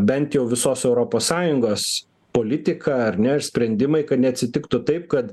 bent jau visos europos sąjungos politika ar ne ir sprendimai kad neatsitiktų taip kad